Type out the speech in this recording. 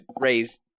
raise